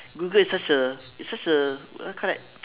google is such a it's such a what you call that